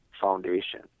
foundation